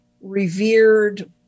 revered